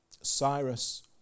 Cyrus